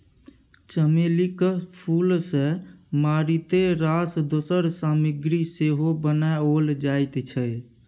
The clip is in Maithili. चमेलीक फूल सँ मारिते रास दोसर सामग्री सेहो बनाओल जाइत छै